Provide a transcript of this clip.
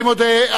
אני מודה.